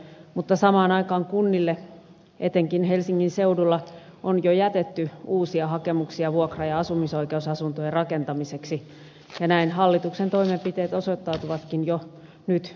mutta samaan aikaan kunnille etenkin helsingin seudulla on jo jätetty uusia hakemuksia vuokra ja asumisoikeusasuntojen rakentamiseksi ja näin hallituksen toimenpiteet osoittautuvatkin jo nyt toimiviksi